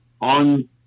on